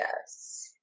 Yes